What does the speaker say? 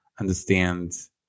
understand